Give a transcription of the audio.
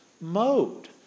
mode